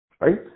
Right